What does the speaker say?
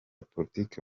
politiki